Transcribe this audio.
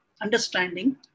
understanding